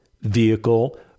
vehicle